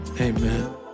amen